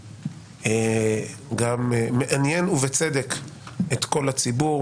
גם מעניין ובצדק את כל הציבור,